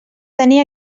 tenir